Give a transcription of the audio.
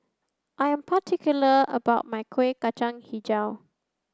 I am particular about my Kueh Kacang Hijau